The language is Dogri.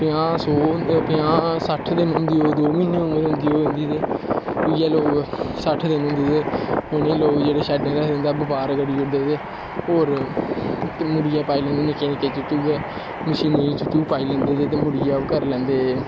पजांह् सट्ठ दिन दो म्हीने उमर होंदी होग ते इ'यै सट्ठ होंदे ते लोग जेह्ड़े शैड्डें च रखदे इं'दा बपार करी ओड़दे ते होर मुड़ियै पाई लैंदे निक्के निक्के चूचू गै मशीनी चूचू पाई लैंदे ते मुड़ियै ओह् करी लैंदे